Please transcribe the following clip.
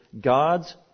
God's